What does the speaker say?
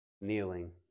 kneeling